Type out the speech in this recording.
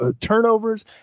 turnovers